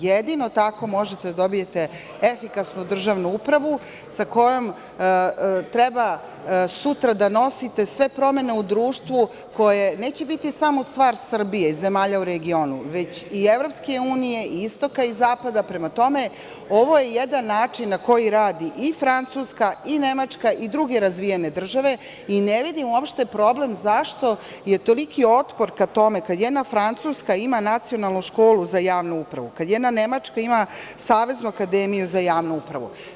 Jedino tako možete da dobijete efikasnu državnu upravu sa kojom treba sutra da nosite sve promene u društvu, koje neće biti samo stvar Srbije i zemalja u regionu, već i EU, istoka i zapada, prema tome, ovo je jedan način na koji radi i Francuska i Nemačka i druge razvijene države i ne vidim uopšte problem zašto je toliki otpor ka tome, kada jedna Francuska ima Nacionalnu školu za javnu upravu, kada jedna Nemačka ima Saveznu akademiju za javnu upravu.